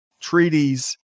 treaties